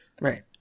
Right